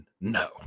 no